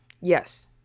Yes